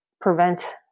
prevent